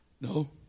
No